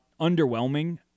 underwhelming